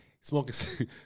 smoking